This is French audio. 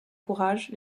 courage